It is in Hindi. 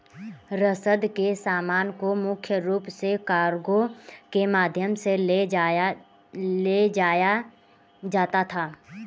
रसद के सामान को मुख्य रूप से कार्गो के माध्यम से ले जाया जाता था